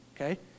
okay